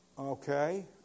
Okay